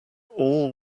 all